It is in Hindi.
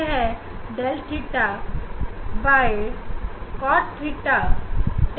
यह 𝛿θcotθ त्रुटि होगा